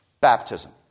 Baptism